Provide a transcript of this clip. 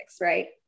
right